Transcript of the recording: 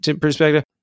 perspective